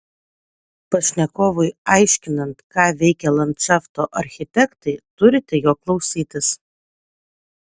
pašnekovui aiškinant ką veikia landšafto architektai turite jo klausytis